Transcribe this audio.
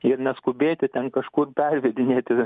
ir neskubėti ten kažkur pervedinėti